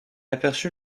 aperçu